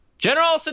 General